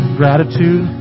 gratitude